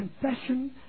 confession